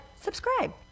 subscribe